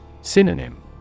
Synonym